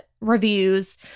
reviews